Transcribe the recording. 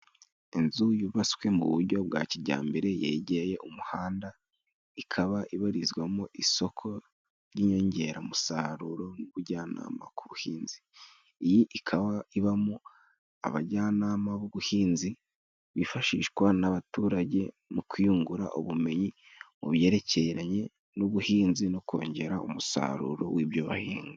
Inzu yubatswe mu buryo bwa kijyambere, yegeye umuhanda, ikaba ibarizwamo isoko ry’inyongeramusaruro n’ubujyanama k’ubuhinzi. Iyi ikaba ibamo abajyanama b’ubuhinzi, bifashishwa n’abaturage mu kwiyungura ubumenyi mu byerekeranye n’ubuhinzi no kongera umusaruro w’ibyo bahinga.